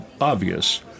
obvious